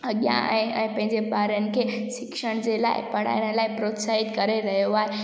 अॻियां आहे ऐं पंहिंजे ॿारनि खे शिक्षण जे लाइ पढ़ाइण लाइ प्रोत्साहित करे रहियो आहे